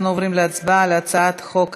אנחנו עוברים להצבעה על הצעת חוק הדגל,